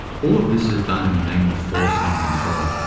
all of this is done in the name of force and control.